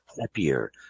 happier